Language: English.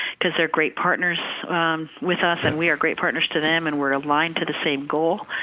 because they're great partners with us, and we are great partners to them. and we're aligned to the same goal,